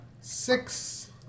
Six